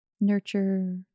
Nurture